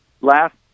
Last